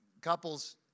couples